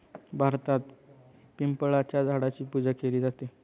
भारतात पिंपळाच्या झाडाची पूजा केली जाते